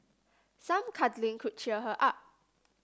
some cuddling could cheer her up